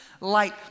light